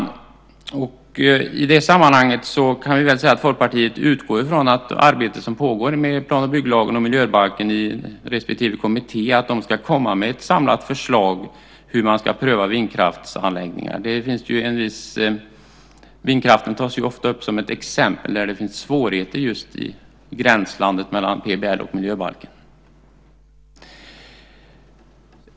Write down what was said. Folkpartiet utgår från att respektive kommitté som arbetar med plan och bygglagen och miljöbalken ska komma med ett samlat förslag om hur man ska pröva ansökningar om vindkraftsanläggningar. Vindkraften tas ju ofta upp som ett exempel där det finns svårigheter just i gränslandet mellan PBL och miljöbalken.